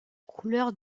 couleur